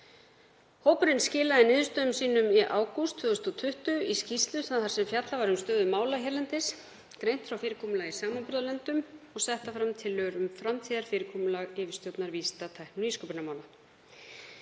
Hópurinn skilaði niðurstöðum sínum í ágúst 2020 í skýrslu þar sem fjallað var um stöðu mála hérlendis, greint frá fyrirkomulagi í samanburðarlöndum og settar fram tillögur um framtíðarfyrirkomulag yfirstjórnar vísinda-, tækni- og nýsköpunarmála.